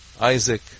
Isaac